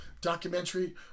documentary